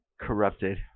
corrupted